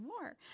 more